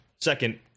Second